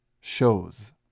shows